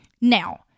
Now